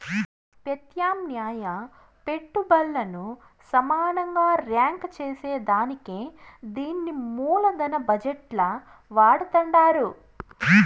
పెత్యామ్నాయ పెట్టుబల్లను సమానంగా రాంక్ సేసేదానికే దీన్ని మూలదన బజెట్ ల వాడతండారు